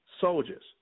soldiers